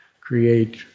create